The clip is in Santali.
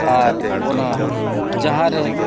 ᱟᱨ ᱚᱱᱟ ᱡᱟᱦᱟᱸ ᱨᱮ